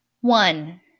One